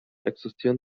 existieren